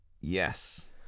yes